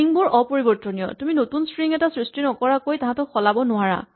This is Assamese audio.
ষ্ট্ৰিং বোৰ অপৰিবৰ্তনীয় তুমি নতুন ষ্ট্ৰিং এটা সৃষ্টি নকৰাকৈ তাহাঁতক সলাব নোৱাৰা